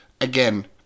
again